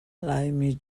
laimi